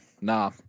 nah